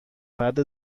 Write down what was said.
فرد